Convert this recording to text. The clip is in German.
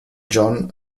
john